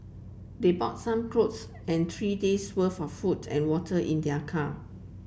they bought some clothes and three days' worth of food and water in their car